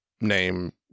name